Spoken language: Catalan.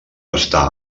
està